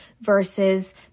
versus